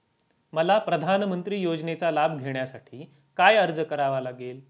मला प्रधानमंत्री योजनेचा लाभ घेण्यासाठी काय अर्ज करावा लागेल?